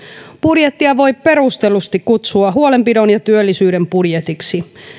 budjettia voi perustellusti kutsua huolenpidon ja työllisyyden budjetiksi